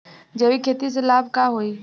जैविक खेती से लाभ होई का?